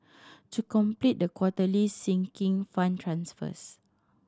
to complete the quarterly Sinking Fund transfers